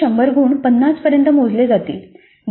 मग हे 100 गुण 50 पर्यंत मोजले जातील